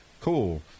Cool